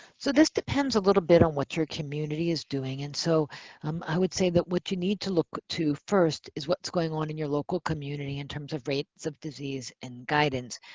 so this depends a little bit on what your community is doing. and so i would say that what you need to look to first is what's going on in your local community in terms of rates of disease and guidance.